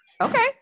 Okay